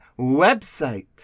website